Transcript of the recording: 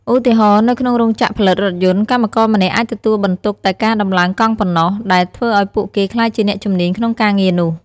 ឧទាហរណ៍ នៅក្នុងរោងចក្រផលិតរថយន្ត កម្មករម្នាក់អាចទទួលបន្ទុកតែការដំឡើងកង់ប៉ុណ្ណោះ ដែលធ្វើឱ្យពួកគេក្លាយជាអ្នកជំនាញក្នុងការងារនោះ។